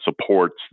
supports